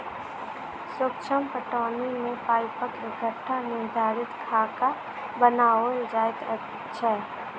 सूक्ष्म पटौनी मे पाइपक एकटा निर्धारित खाका बनाओल जाइत छै